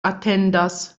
atendas